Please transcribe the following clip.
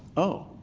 oh.